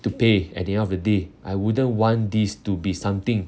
to pay at the end of the day I wouldn't want this to be something